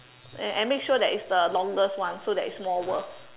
and and make sure that it's the longest one so that it's more worth